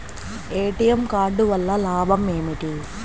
ATM card వల్ల లాభం ఏమిటి?